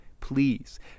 Please